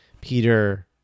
Peter